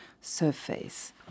surface